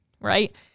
right